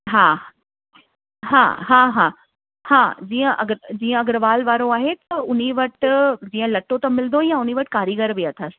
हा हा हा हा हा जीअं अग जीअं अग्रवाल वारो आहे त उन वटि जीअं लटो त मिलंदो ई आहे उन वटि कारीगर बि अथस